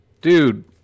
dude